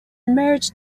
marriage